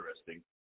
interesting